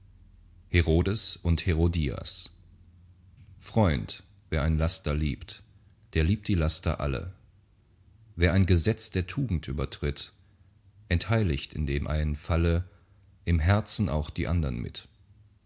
herodes und herodias freund wer ein laster liebt der liebt die laster alle wer ein gesetz der tugend übertritt entheiligt in dem einen falle im herzen auch die andern mit